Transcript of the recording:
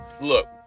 Look